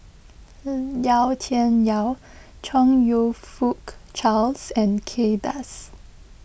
Yau Tian Yau Chong You Fook Charles and Kay Das